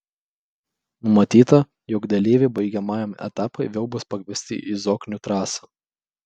numatyta jog dalyviai baigiamajam etapui vėl bus pakviesti į zoknių trasą